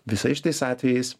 visais šitais atvejais